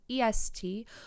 EST